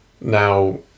now